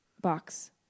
box